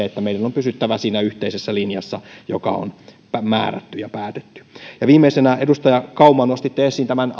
että meidän on pysyttävä siinä yhteisessä linjassa joka on määrätty ja päätetty ja viimeisenä edustaja kauma kun nostitte esiin tämän